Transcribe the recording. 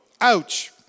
Ouch